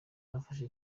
nafashe